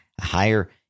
higher